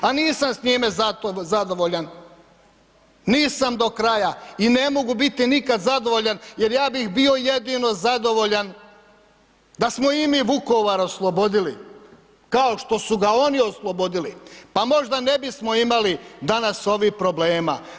A nisam s njime zadovoljan, nisam do kraja i ne mogu biti nikada zadovoljan jer ja bih bio jedino zadovoljan da smo i mi Vukovar oslobodili kao što su ga oni oslobodili pa možda ne bismo imali danas ovih problema.